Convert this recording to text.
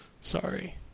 sorry